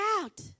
out